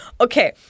okay